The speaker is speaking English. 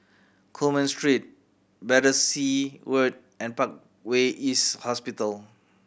Coleman Street Battersea Road and Parkway East Hospital